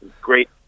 Great